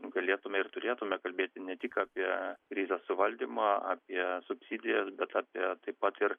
galėtume ir turėtume kalbėti ne tik apie krizės suvaldymą apie subsidijas bet apie taip pat ir